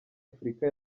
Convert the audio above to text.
afurika